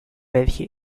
welche